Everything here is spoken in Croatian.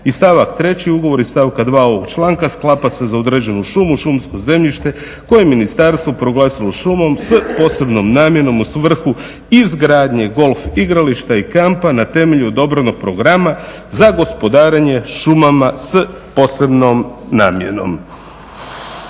I stavak treći. Ugovor iz stavka 2. ovog članka sklapa se za određenu šumu, šumsko zemljište koje je ministarstvo proglasilo šumom s posebnom namjenom u svrhu izgradnje golf igrališta i kampa na temelju odobrenog programa za gospodarenje šumama s posebnom namjenom.